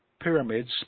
pyramids